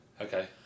Okay